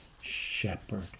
shepherd